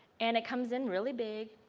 and it comes in really big.